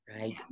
right